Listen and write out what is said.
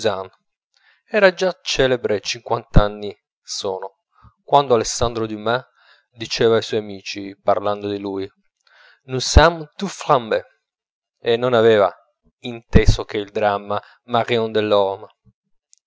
era già celebre cinquant'anni sono quando alessandro dumas diceva ai suoi amici parlando di lui nous sommes tous flambés e non aveva inteso che il dramma marion